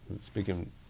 speaking